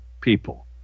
people